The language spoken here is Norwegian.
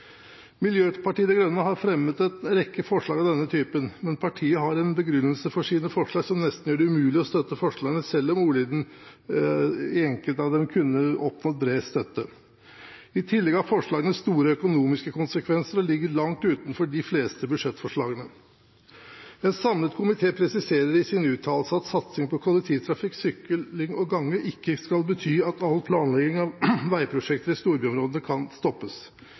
Miljøpartiet De Grønne har fremmet en rekke forslag av denne typen, men partiet har en begrunnelse for sine forslag som nesten gjør det umulig å støtte forslagene, selv om ordlyden i enkelte av dem kunne oppnådd bred støtte. I tillegg har forslagene store økonomiske konsekvenser og ligger langt utenfor de fleste budsjettforslagene. En samlet komité presiserer i sine uttalelser at satsingen på kollektivtrafikk, sykkel og gange ikke skal bety at all planlegging av veiprosjekter i storbyområdene kan stoppes.